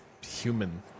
human